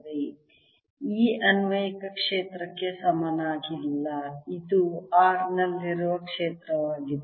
E ಅನ್ವಯಿಕ ಕ್ಷೇತ್ರಕ್ಕೆ ಸಮನಾಗಿಲ್ಲ ಇದು r ನಲ್ಲಿರುವ ಕ್ಷೇತ್ರವಾಗಿದೆ